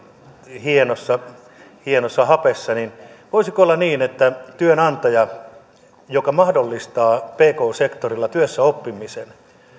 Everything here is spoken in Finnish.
hienossa hapessa tavallaan hellitte niin voisiko olla niin että kun työnantaja mahdollistaa pk sektorilla työssäoppimisen niin